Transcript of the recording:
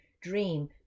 dream